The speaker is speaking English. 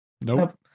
Nope